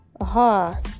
aha